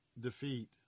defeat